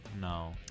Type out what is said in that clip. no